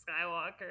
Skywalker